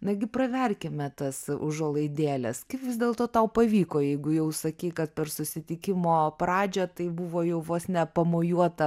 nagi praverkime tas užuolaidėles kaip vis dėlto tau pavyko jeigu jau sakei kad per susitikimo pradžią tai buvo jau vos ne pamojuota